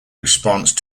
response